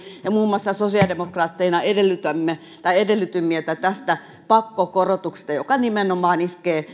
ja sosiaalidemokraatteina edellytimme muun muassa että tästä pakkokorotuksesta joka nimenomaan iskee